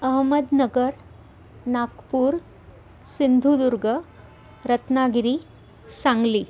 Ahmednagar Nagpur Sindhudurg Ratnagiri Sangli